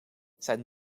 zijn